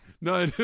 no